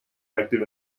active